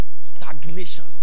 Stagnation